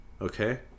okay